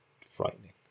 frightening